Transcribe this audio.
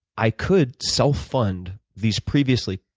i could self-fund these previously